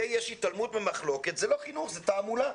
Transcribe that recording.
ויש התעלמות ממחלוקת זה לא חינוך, זו תעמולה.